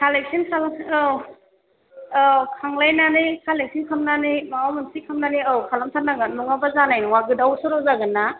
collection खालाम औ औ खांलायनानै कालेक्सन खालामनानै माबा मोनसे खालामनानै औ खालामथारनांगोन नङाबा जानाय नङा गोदाव सोराव जागोन ना